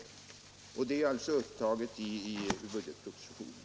Dessa belopp är alltså upptagna i budgetpropositionen.